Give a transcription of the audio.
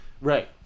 Right